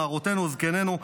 נערותינו וזקנינו,